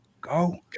go